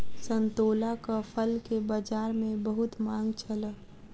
संतोलाक फल के बजार में बहुत मांग छल